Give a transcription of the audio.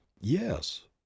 YES